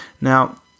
Now